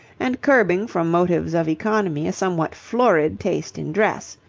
and curbing from motives of economy a somewhat florid taste in dress.